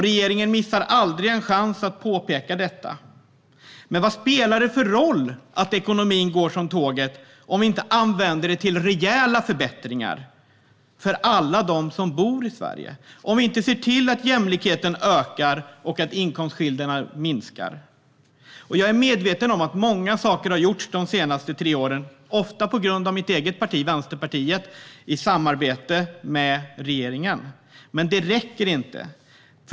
Regeringen missar aldrig en chans att påpeka detta. Men vad spelar det för roll att ekonomin går som tåget om vi inte använder det till rejäla förbättringar för alla som bor i Sverige, om vi inte ser till att jämlikheten ökar och inkomstskillnaderna minskar? Jag är medveten om att mycket har gjorts de senaste tre åren - ofta tack vare mitt eget parti, Vänsterpartiet, i samarbete med regeringen. Men det räcker inte.